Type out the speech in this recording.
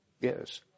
Yes